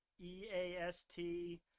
E-A-S-T